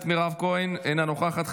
מירב כהן, אינה נוכחת.